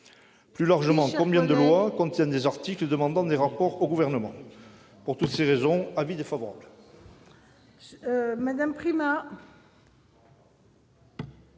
Plus largement, combien de lois contiennent des articles demandant des rapports au Gouvernement ? J'émets donc un avis défavorable